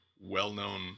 well-known